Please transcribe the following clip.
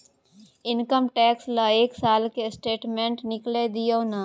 Income tax ल एक साल के स्टेटमेंट निकैल दियो न?